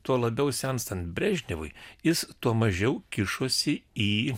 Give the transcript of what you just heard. tuo labiau senstant brežnevui jis tuo mažiau kišosi į